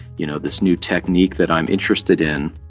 you know, this new technique that i'm interested in,